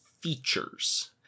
features